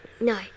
No